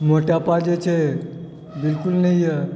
मोटापा जे छै बिल्कुल नहि यऽ